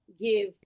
give